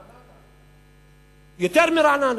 רעננה.